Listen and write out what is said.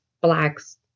blacks